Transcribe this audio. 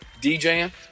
DJing